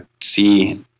see